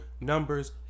numbers